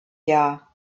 jahr